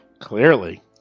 Clearly